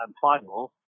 final